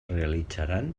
realitzaran